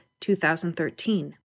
2013